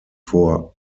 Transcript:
vor